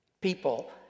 people